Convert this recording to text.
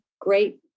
great